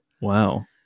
Wow